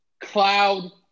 cloud